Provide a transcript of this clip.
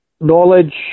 knowledge